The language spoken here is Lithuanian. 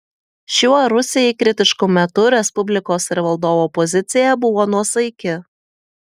šiuo rusijai kritišku metu respublikos ir valdovo pozicija buvo nuosaiki